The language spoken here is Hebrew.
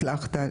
הצלחת,